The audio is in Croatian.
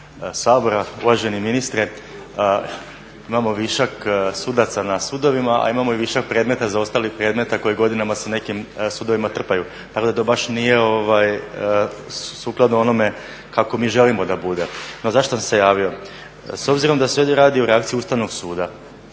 Sabora. Uvaženi ministre. Imamo višak sudaca na sudovima, a imamo višak zaostalih predmeta koji se godinama na nekim sudovima trpaju, tako da to baš nije sukladno onome kako mi želimo da bude. No zašto sam se javio, s obzirom da se ovdje radi o reakciji Ustavnog suda,